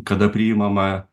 kada priimama